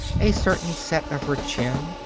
a certain set of her chin,